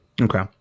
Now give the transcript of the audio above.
Okay